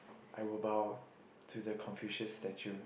I will bow to the Confucius statue